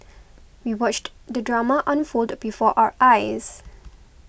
we watched the drama unfold before our eyes